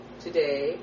today